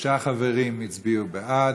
שישה חברים הצביעו בעד,